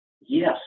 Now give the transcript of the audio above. Yes